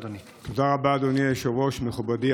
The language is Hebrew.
ישיבה כ"א הישיבה העשרים-ואחת של הכנסת העשרים-ושתיים יום רביעי,